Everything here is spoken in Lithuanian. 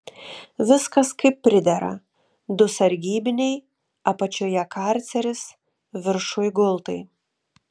viskas kaip pridera du sargybiniai apačioje karceris viršuj gultai